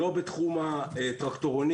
לא בתחום הטרקטורונים,